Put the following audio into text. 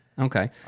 Okay